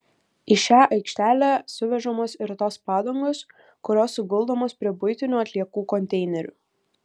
į šią aikštelę suvežamos ir tos padangos kurios suguldomos prie buitinių atliekų konteinerių